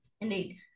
Indeed